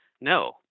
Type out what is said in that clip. No